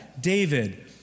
David